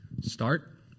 Start